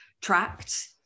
tracked